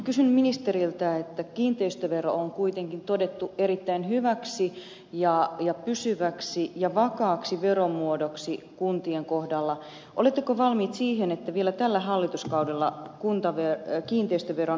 kysyn ministeriltä että kun kiinteistövero on kuitenkin todettu erittäin hyväksi ja pysyväksi ja vakaaksi veromuodoksi kuntien kohdalla oletteko valmiit siihen että vielä tällä hallituskaudella kiinteistöveron alarajaa nostetaan